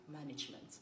management